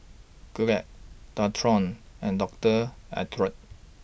Glad Dualtron and Doctor Oetker